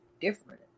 different